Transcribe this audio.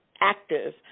active